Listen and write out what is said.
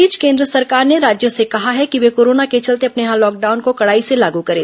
इस बीच केंद्र सरकार ने राज्यों से कहा है कि वे कोरोना के चलते अपने यहां लॉकडाउन को कड़ाई से लागू करें